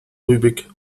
rübig